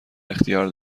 اختیار